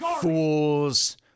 Fools